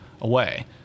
away